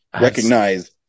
Recognize